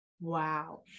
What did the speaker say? Wow